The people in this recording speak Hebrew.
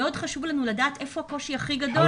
מאוד חשוב לדעת איפה הגודל הכי גדול.